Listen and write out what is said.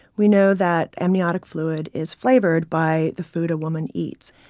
we know that amniotic fluid is flavored by the food a woman eats.